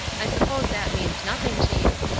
i suppose that means nothing to you.